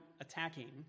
attacking